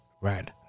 Right